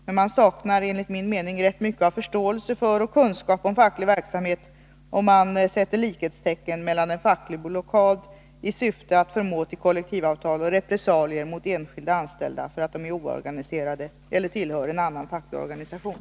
Men man saknar enligt min mening rätt mycket av förståelse för och kunskap om facklig verksamhet, om man sätter likhetstecken mellan en facklig blockad i syfte att förmå till kollektivavtal och repressalier mot enskilda anställda för att de är oorganiserade eller tillhör en annan facklig organisation.